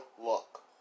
look